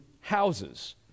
houses